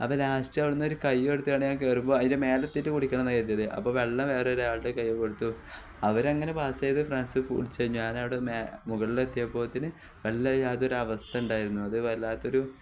അപ്പോള് ലാസ്റ്റ് അവിടെനിന്നൊരു കൈ കൊടുത്തുകൊണ്ടു ഞാൻ കയറുമ്പോള് അതിന്റെ മേലെയെത്തിയിട്ടു കുടിക്കണമെന്നു കരുതിയതായിരുന്നു അപ്പോള് വെള്ളം വേറെയൊരാളുടെ കയ്യില് കൊടുത്തു അവരങ്ങനെ പാസെയ്ത് ഫ്രണ്ട്സ് കുടിച്ച് ഞാനവിടെ മുകളിലെത്തിയപ്പോഴത്തേനും വെള്ളം യാതൊരു അവസ്ഥയുണ്ടായിരുന്നു അതു വല്ലാത്തൊരു